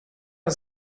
and